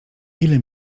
ile